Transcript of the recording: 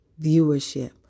viewership